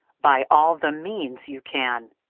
by all the means you can,